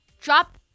Drop